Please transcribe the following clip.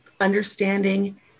understanding